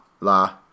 la